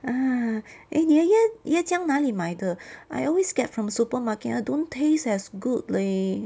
ah eh 你的椰椰浆哪里买的 I always get from supermarket ah don't taste as good leh